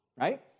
right